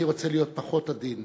אני רוצה להיות פחות עדין